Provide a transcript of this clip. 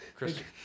christian